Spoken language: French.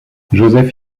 joseph